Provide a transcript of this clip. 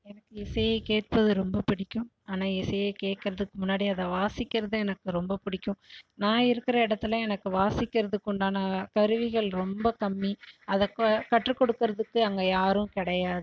எனக்கு இசையை கேட்பது ரொம்ப பிடிக்கும் ஆனால் இசையை கேட்கறதுக்கு முன்னாடி அதை வாசிக்கிறது எனக்கு ரொம்ப பிடிக்கும் நான் இருக்கிற இடத்துல எனக்கு வாசிக்கிறதுக்குண்டான கருவிகள் ரொம்ப கம்மி அதை கொ கற்றுக்கொடுக்கிறதுக்கு அங்கே யாரும் கிடையாது